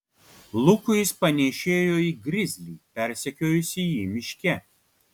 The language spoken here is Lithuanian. lukui jis panėšėjo į grizlį persekiojusį jį miške